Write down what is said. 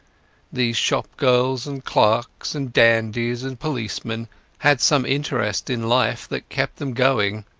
these shop-girls and clerks and dandies and policemen had some interest in life that kept them going.